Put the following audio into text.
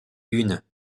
une